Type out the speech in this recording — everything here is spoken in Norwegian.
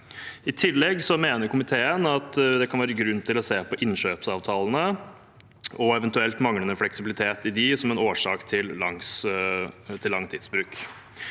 I tillegg mener komiteen at det kan være grunn til å se på innkjøpsavtalene og eventuell manglende fleksibilitet i dem som en årsak til lang tidsbruk.